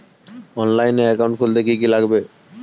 অনলাইনে একাউন্ট খুলতে কি কি লাগবে?